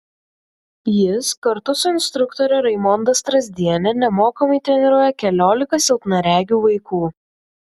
jis kartu su instruktore raimonda strazdiene nemokamai treniruoja keliolika silpnaregių vaikų